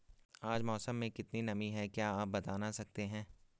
आज मौसम में कितनी नमी है क्या आप बताना सकते हैं?